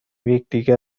یکدیگر